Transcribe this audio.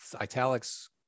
italics